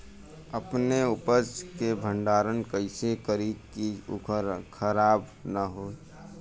अपने उपज क भंडारन कइसे करीं कि उ खराब न हो?